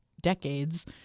decades